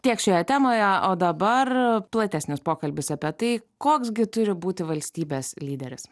tiek šioje temoje o dabar platesnis pokalbis apie tai koks gi turi būti valstybės lyderis